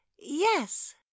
Yes